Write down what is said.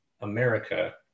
America